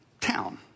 town